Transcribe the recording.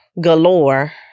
galore